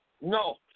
No